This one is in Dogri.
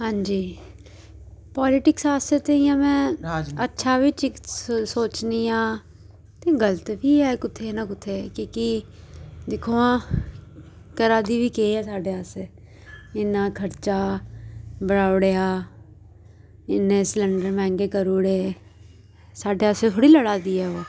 हां जी पालटिक्स आसै ते इ'यां में अच्छा सोचनी आं ते गलत बी ऐ कुत्थे कुत्थें कि कि दिक्खो हां करा दी बी केह् ऐ साडे आस्तै इन्ना खर्चा बढ़ाऊ उड़ेआ इन्ने सलंडर मैंह्गे करू ओड़े साड्डे आस्तै थोह्ड़ी लड़ा दी ऐ ओह्